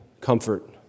comfort